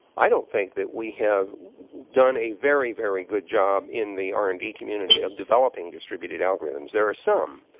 i don't think that we have done a very, very good job in the r and d community of developing distributed algorithms. there are some.